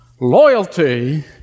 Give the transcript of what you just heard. loyalty